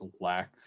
lack